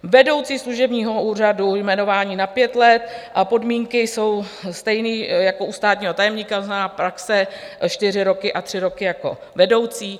Vedoucí služebního úřadu jmenování na pět let a podmínky jsou stejné jako u státního tajemníka, to znamená praxe čtyři roky a tři roky jako vedoucí.